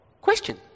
Question